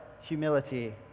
humility